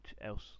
else